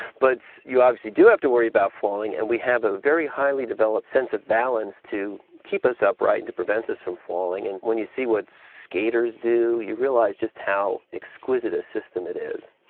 but you obviously do have to worry about falling, and we have a very highly developed sense of balance to keep us upright and to prevent us from falling. and when you see what skaters do, you realize just how exquisite a system it is.